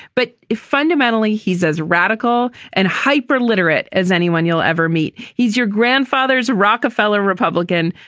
but if fundamentally he's as radical and hyper literate as anyone you'll ever meet. he's your grandfather's rockefeller republican.